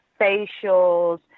facials